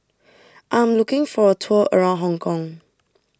I am looking for a tour around Hong Kong